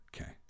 Okay